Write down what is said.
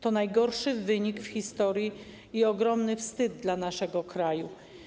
To najgorszy wynik w historii i ogromny wstyd dla naszego kraju.